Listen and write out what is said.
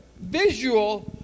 visual